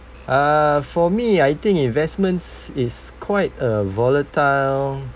err for me I think investments is quite a volatile